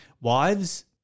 wives